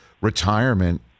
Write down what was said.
retirement